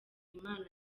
imana